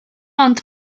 ond